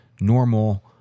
normal